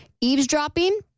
eavesdropping